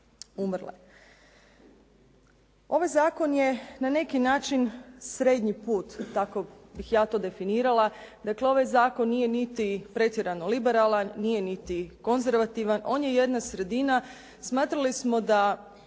umrle. Ovaj zakon je na neki način srednji put, tako bih ja to definirala. Dakle, ovaj zakon nije niti pretjerano liberalan, nije niti konzervativan, on je jedna sredina. Smatrali smo da